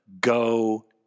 go